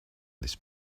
this